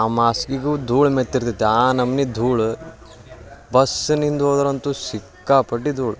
ಆ ಮಾಸ್ಕಿಗೂ ಧೂಳು ಮೆತ್ತಿರ್ತೈತಿ ಆ ನಮ್ನೆ ಧೂಳು ಬಸ್ಸಿನಿಂದ ಹೋದ್ರಂತೂ ಸಿಕ್ಕಾಪಟ್ಟೆ ಧೂಳು